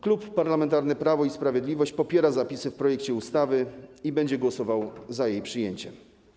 Klub Parlamentarny Prawo i Sprawiedliwość popiera zapisy zawarte w projekcie ustawy i będzie głosował za jej przyjęciem.